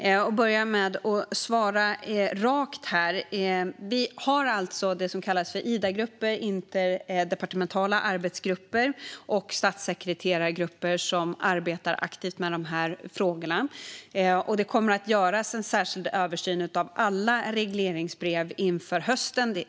Fru talman! Jag börjar med ett rakt svar: Vi har det som kallas IDA-grupper, alltså interdepartementala arbetsgrupper, och statssekreterargrupper som arbetar aktivt med dessa frågor. Det kommer att göras en särskild översyn av alla regleringsbrev inför hösten.